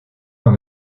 dans